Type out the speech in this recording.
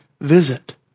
visit